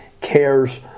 cares